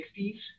1960s